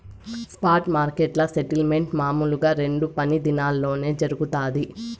spot మార్కెట్ల settlement మామూలుగా రెండు పని దినాల్లోనే జరగతాది